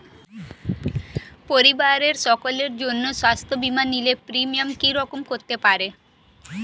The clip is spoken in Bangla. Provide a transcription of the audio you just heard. পরিবারের সকলের জন্য স্বাস্থ্য বীমা নিলে প্রিমিয়াম কি রকম করতে পারে?